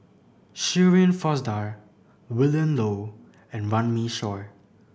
Shirin Fozdar Willin Low and Runme Shaw